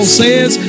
says